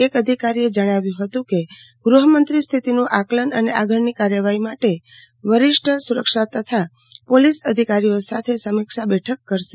એક અધિકારીએ જણાવ્યું હતું કે ગૃહમંત્રી સ્થિતિનું આકલન અને આગળની કાર્યવાહી માટે વરિષ્ઠ સુરક્ષા તથા પોલીસ અધિકારીઓ સાથે સમિક્ષા બેઠક કરશે